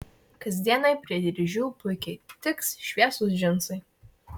kasdienai prie dryžių puikiai tiks šviesūs džinsai